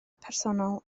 personol